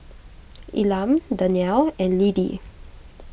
Elam Dannielle and Lidie